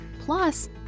plus